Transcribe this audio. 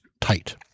tight